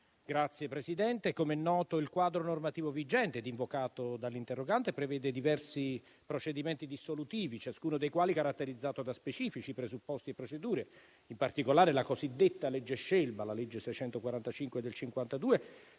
Signor Presidente, come noto, il quadro normativo vigente, invocato dall'interrogante, prevede diversi procedimenti dissolutivi, ciascuno dei quali caratterizzato da specifici presupposti e procedure. In particolare, la cosiddetta legge Scelba, la legge n. 645 del 1952,